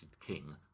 king